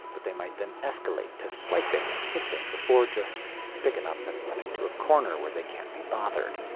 but they might then escalate to swiping and hissing before just picking up and running to a corner where they can't be bothered.